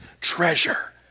treasure